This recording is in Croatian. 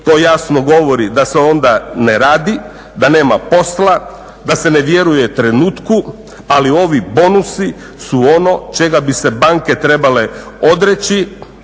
To jasno govori da se onda ne radi, da nema posla, da se ne vjeruje trenutku, ali ovi bonusi su ono čega bi se banke trebale odreći.